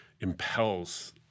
impels